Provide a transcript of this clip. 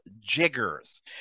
Jiggers